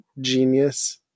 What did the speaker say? genius